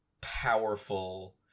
powerful